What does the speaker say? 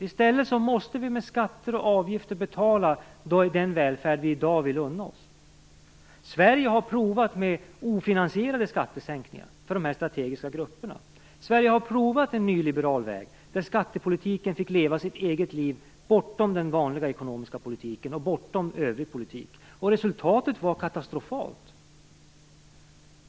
I stället måste vi med skatter och avgifter betala den välfärd vi i dag vill unna oss. Sverige har provat med ofinansierade skattesänkningar för de här strategiska grupperna. Sverige har provat en nyliberal väg där skattepolitiken fick leva sitt eget liv bortom den vanliga ekonomiska politiken och bortom övrig politik. Resultatet var katastrofalt.